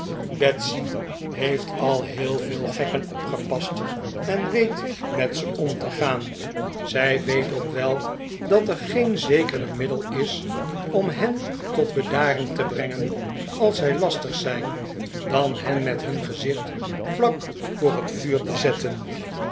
heeft al heel veel gekken opgepast en weet met ze om te gaan zij weet ook wel dat er geen zekerder middel is om hen tot bedaren te brengen als zij lastig zijn dan hen met hun gezicht vlak voor het vuur te zetten